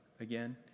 Again